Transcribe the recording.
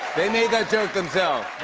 they made that joke themselves.